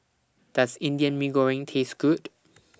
Does Indian Mee Goreng Taste Good